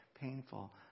painful